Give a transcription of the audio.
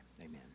amen